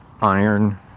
iron